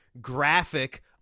graphic